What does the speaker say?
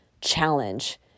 challenge